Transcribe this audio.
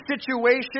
situation